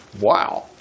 Wow